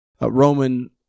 Roman